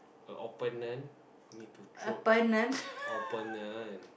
opponent need to throw opponent